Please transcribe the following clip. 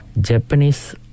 Japanese